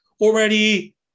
already